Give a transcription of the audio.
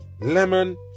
lemon